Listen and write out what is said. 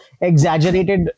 exaggerated